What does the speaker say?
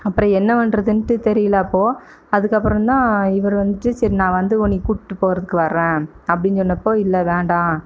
அப்புறம் என்ன பண்ணறதுன்ட்டு தெரியல அப்போது அதுக்கப்புறம் தான் இவர் வந்துட்டு சரி நான் வந்து உன்னைய கூட்டி போறதுக்கு வரேன் அப்படின்னு சொன்னப்போது இல்லை வேண்டாம்